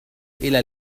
إلى